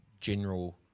general